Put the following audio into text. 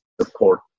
support